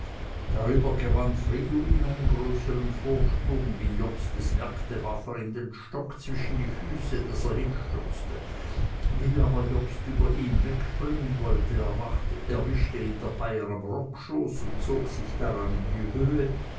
darüber gewann fridolin einen größern vorsprung und wie jobst es merkte warf er ihm den stock zwischen die füße daß er hinstürzte wie aber jobst über ihn wegspringen wollte erwischte ihn der bayer am rockschoß und zog sich daran in die höhe